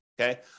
okay